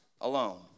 alone